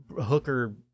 hooker